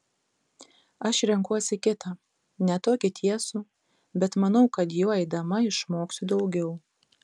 aš renkuosi kitą ne tokį tiesų bet manau kad juo eidama išmoksiu daugiau